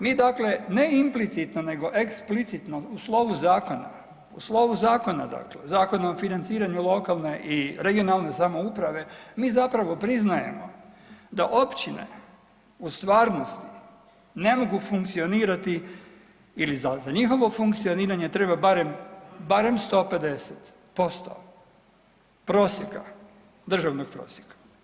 Mi dakle ne implicitno nego eksplicitno u slovu zakona, u slovu zakona dakle, Zakona o financiranju lokalne i regionalne samouprave mi zapravo priznajemo da općine u stvarnosti ne mogu funkcionirati ili za njihovo funkcioniranje treba barem, barem 150% prosjeka, državnog prosjeka.